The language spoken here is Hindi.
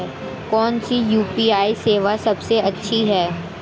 कौन सी यू.पी.आई सेवा सबसे अच्छी है?